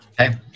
Okay